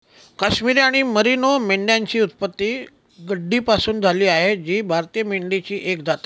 काश्मिरी आणि मेरिनो मेंढ्यांची उत्पत्ती गड्डीपासून झाली आहे जी भारतीय मेंढीची एक जात आहे